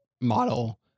model